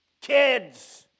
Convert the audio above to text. kids